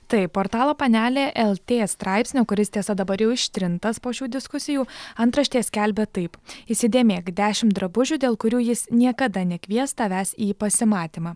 taip portalo panelė lt straipsnio kuris tiesa dabar jau ištrintas po šių diskusijų antraštė skelbė taip įsidėmėk dešim drabužių dėl kurių jis niekada nekvies tavęs į pasimatymą